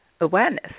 awareness